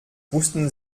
wussten